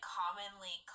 commonly